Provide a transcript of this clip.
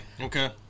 Okay